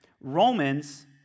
Romans